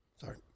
Sorry